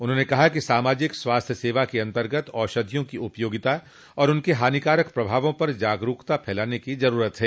उन्होंने कहा कि सामाजिक स्वास्थ्य सेवा के अतर्गत औषधियों की उपयोगिता और उनके हानिकारक प्रभावों पर जागरूकता फैलाने की जरूरत है